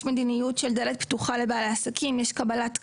יש מדיניות של דלת פתוחה לבעלי עסקים ויש קבלת קהל,